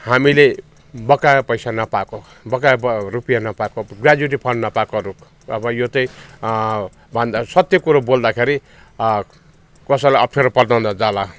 हामीले बकाया पैसा नपाएको बकाया ब रुपियाँ नपाएको गेजेटी फन्ड नपाएकोहरू अब यो त्यो भन्दा सत्य कुरो बोल्दाखेरि कसैलाई अप्ठ्यारो पर्न नजाला